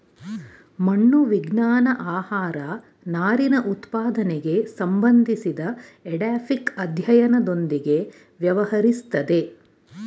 ಮಣ್ಣು ವಿಜ್ಞಾನ ಆಹಾರನಾರಿನಉತ್ಪಾದನೆಗೆ ಸಂಬಂಧಿಸಿದಎಡಾಫಿಕ್ಅಧ್ಯಯನದೊಂದಿಗೆ ವ್ಯವಹರಿಸ್ತದೆ